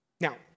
Now